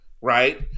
right